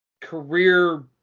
career